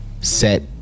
set